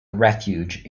refuge